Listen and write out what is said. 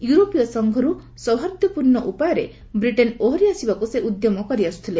ୟୁରୋପୀୟ ସଂଘର୍ ସୌହାର୍ଦ୍ଧ୍ୟପୂର୍ଣ୍ଣ ଉପାୟରେ ବ୍ରିଟେନ୍ ଓହରିଆସିବାକୁ ସେ ଉଦ୍ୟମ କରିଆସୁଥିଲେ